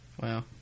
Wow